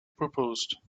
proposed